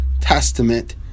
Testament